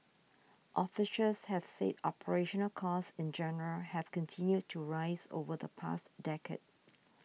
officials have said operational costs in general have continued to rise over the past decade